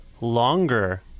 longer